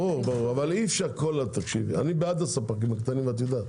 אני בעד הספקים הקטנים ואת יודעת,